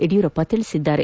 ಯಡಿಯೂರಪ್ಪ ತಿಳಿಸಿದ್ದಾರೆ